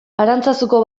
arantzazuko